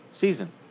season